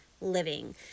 living